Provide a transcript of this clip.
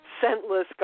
scentless